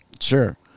sure